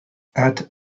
add